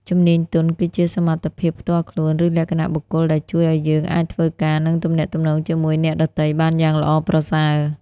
ជំនាញទន់ គឺជាសមត្ថភាពផ្ទាល់ខ្លួន ឬលក្ខណៈបុគ្គលដែលជួយឲ្យយើងអាចធ្វើការ និងទំនាក់ទំនងជាមួយអ្នកដទៃបានយ៉ាងល្អប្រសើរ។